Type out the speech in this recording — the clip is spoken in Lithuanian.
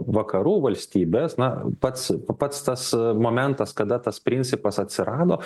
vakarų valstybes na pats pats tas momentas kada tas principas atsirado